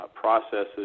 processes